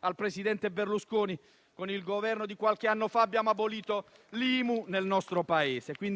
al presidente Berlusconi, con il Governo di qualche anno fa, che abbiamo abolito l'IMU nel nostro Paese.